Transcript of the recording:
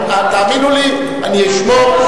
תאמינו לי, אני אשמור,